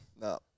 No